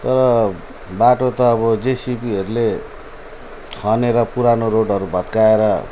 तर बाटो त अब जेसिपीहरूले खनेर पुरानो रोडहरू भत्काएर